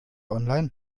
online